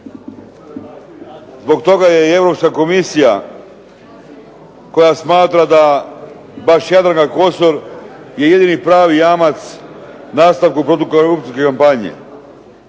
Zbog toga je i Europska komisija koja smatra da baš Jadranka Kosor je jedini pravi jamac nastavku protukorupcijske kampanje.